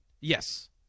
yes